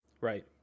Right